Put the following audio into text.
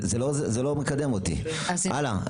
הלאה.